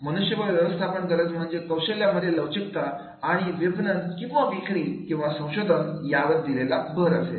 मनुष्यबळ व्यवस्थापन गरज म्हणजे कौशल्यांमध्ये लवचिकता आणि विपणन किंवा विक्री किंवा संशोधन यावर दिलेला भर असेल